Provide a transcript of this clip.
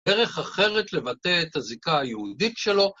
דרך אחרת לבטא את הזיקה היהודית שלו.